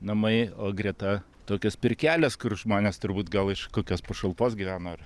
namai o greta tokios pirkelės kur žmonės turbūt gal iš kokios pašalpos gyvena ar